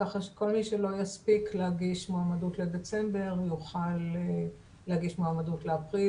כך שכל מי שלא יספיק להגיש מועמדות לדצמבר יוכל להגיש מועמדות לאפריל